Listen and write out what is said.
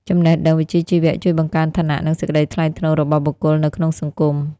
ចំណេះដឹងវិជ្ជាជីវៈជួយបង្កើនឋានៈ និងសេចក្ដីថ្លៃថ្នូររបស់បុគ្គលនៅក្នុងសង្គម។